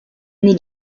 nei